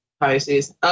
Pisces